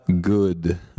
good